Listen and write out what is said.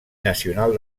nacional